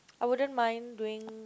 I wouldn't mind doing